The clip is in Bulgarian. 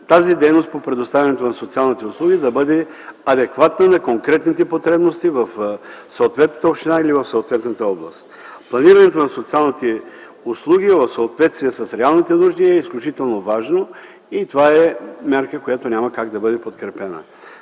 тази дейност по предоставяне на социални услуги да бъде адекватна на конкретните потребности в съответната община или област. Планирането на социалните услуги в съответствие с реалните нужди е изключително важно, но това е мярка, която няма как да бъде подкрепена.